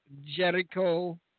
Jericho